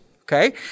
okay